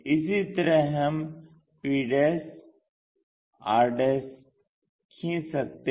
इसी तरह हम p r खींच सकते हैं